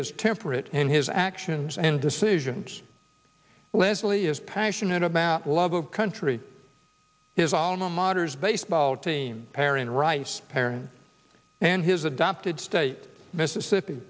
is temperate in his actions and decisions leslie is passionate about love of country his alma mater's baseball team pairing rice parents and his adopted state mississippi